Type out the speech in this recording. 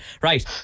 right